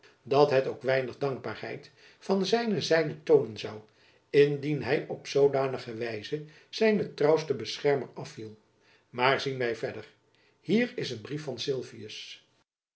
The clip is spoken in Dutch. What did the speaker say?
dat het ook weinig dankbaarheid van zijne zijde toonen zoû indien hy op zoodanige wijze zijnen trouwsten beschermer afviel maar zien wy verder hier is een brief van